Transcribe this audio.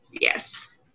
Yes